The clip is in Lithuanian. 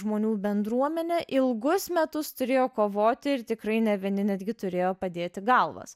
žmonių bendruomenę ilgus metus turėjo kovoti ir tikrai ne vieni netgi turėjo padėti galvas